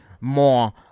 more